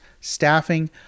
staffing